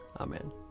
Amen